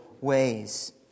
ways